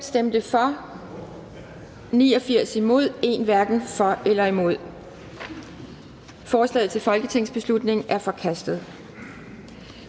stemte 55 (S, V og KF), hverken for eller imod stemte 0. Forslaget til folketingsbeslutning er forkastet.